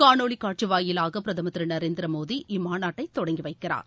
காணொளி காட்சி வாயிலாக பிரதமர் திரு நரேந்திர மோதி இம்மாநாட்டை தொடங்கி வைக்கிறார்